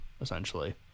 essentially